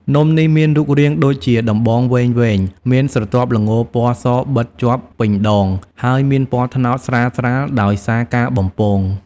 នំនេះមានរូបរាងដូចជាដំបងវែងៗ មានស្រទាប់ល្ងរពណ៌សបិតជាប់ពេញដង ហើយមានពណ៌ត្នោតស្រាលៗដោយសារការបំពង។